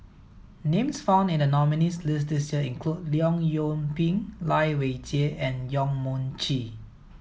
names found in the nominees' list this year include Leong Yoon Pin Lai Weijie and Yong Mun Chee